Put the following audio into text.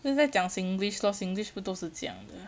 现在讲 singlish lor singlish 不都是这样得